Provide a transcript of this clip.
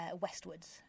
westwards